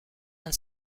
and